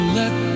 let